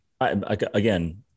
Again